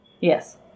Yes